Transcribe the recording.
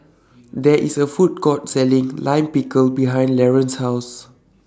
There IS A Food Court Selling Lime Pickle behind Laron's House